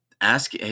ask